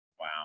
wow